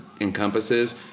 encompasses